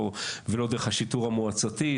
ולא דרך השיטור המועצתי.